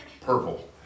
purple